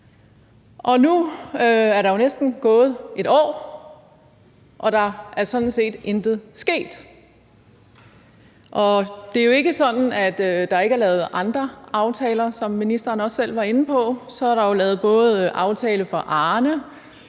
Og nu er der jo næsten gået 1 år, og der er sådan set intet sket. Og det er jo ikke sådan, at der ikke er lavet andre aftaler. Som ministeren også selv var inde på, er der jo både lavet aftale for Arne,